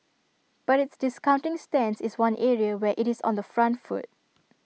but its discounting stance is one area where IT is on the front foot